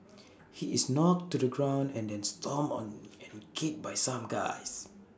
he is knocked to the ground and then stomped on and kicked by some guys